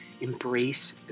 Embrace